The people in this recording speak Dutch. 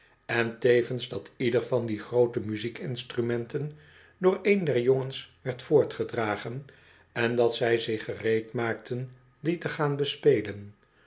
en tevens dat ieder van die groote muziekinstrumenten door een der jongens werd voortgedragen en dat zij zich gereedmaakten die te gaan bespelen